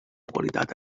qualitat